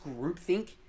groupthink